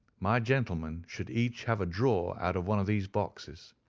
my gentlemen should each have a draw out of one of these boxes,